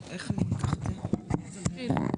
שלום,